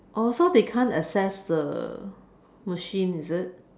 oh so they can't access the machine is it